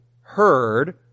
heard